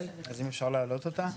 טוב, מבט על השטח.